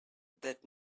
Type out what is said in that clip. that